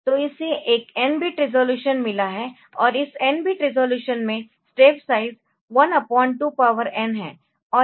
तो इसे एक n बिट रिज़ॉल्यूशन मिला है और इस n बिट रिज़ॉल्यूशन में स्टेप साइज 12 n है